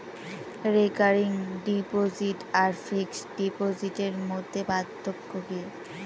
Recurring deposit আর fixed ডিপোজিটের মধ্যে পার্থক্য কি?